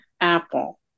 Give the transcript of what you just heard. Apple